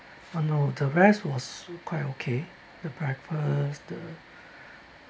uh no the rest was quite okay the breakfast the the